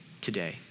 today